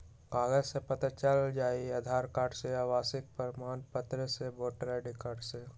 कागज से पता चल जाहई, आधार कार्ड से, आवासीय प्रमाण पत्र से, वोटर कार्ड से?